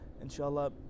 inshallah